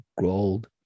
gold